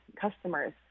customers